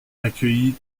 accueillit